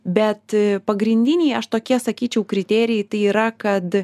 bet pagrindiniai aš tokie sakyčiau kriterijai tai yra kad